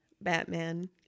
Batman